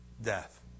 death